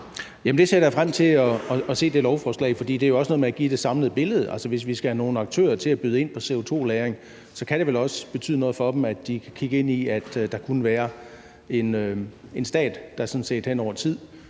ser jeg da frem til at se, for det er jo også med til at tegne det samlede billede. Altså, hvis vi skal have nogle aktører til at byde ind på CO2-lagring, kan det vel også betyde noget for dem, at de kan kigge ind i, at der kunne være en stat, der sådan set hen over tid